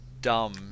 dumb